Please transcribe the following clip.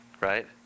right